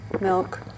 milk